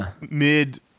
mid